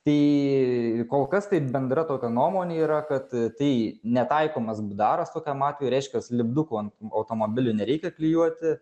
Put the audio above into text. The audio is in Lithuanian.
tai kol kas tai bendra tokia nuomonė yra kad tai netaikomas bdaras tokiam atvejui reiškias lipdukų ant automobilių nereikia klijuoti